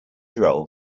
role